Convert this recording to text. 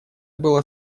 было